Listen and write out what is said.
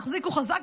תחזיקו חזק,